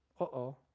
uh-oh